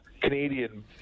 Canadian